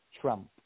Trump